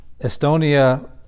Estonia